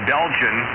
Belgian